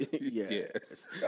Yes